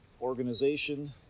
organization